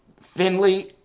Finley